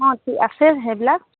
অঁ কি আছে সেইবিলাক